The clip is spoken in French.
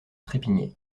trépignait